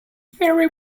very